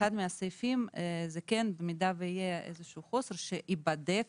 ואחד מהסעיפים זה כן במידה שיהיה חוסר שייבדק